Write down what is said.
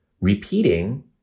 repeating